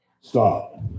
Stop